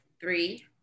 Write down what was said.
three